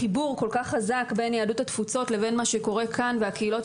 החיבור כל כך חזק בין יהדות התפוצות לבין מה שקורה כאן והקהילות